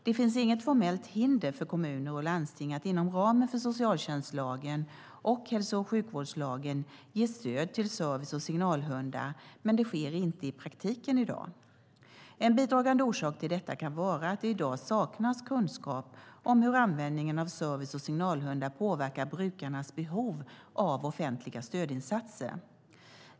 Det finns inget formellt hinder för kommuner och landsting att inom ramen för socialtjänstlagen och hälso och sjukvårdslagen ge stöd till service och signalhundar, men det sker inte i praktiken i dag. En bidragande orsak till detta kan vara att det i dag saknas kunskap om hur användningen av service och signalhundar påverkar brukarnas behov av offentliga stödinsatser.